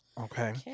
Okay